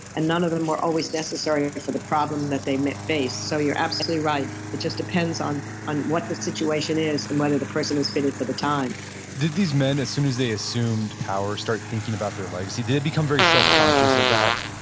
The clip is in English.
and none of them were always necessary yeah for the problem that they faced so you're absolutely right, it just depends on on what the situation is and whether the person is fitted for the time did these men as soon as they assumed power start thinking about their legacy? did it become very self conscious of that?